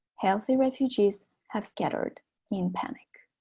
healthy refugees have scurried in panic.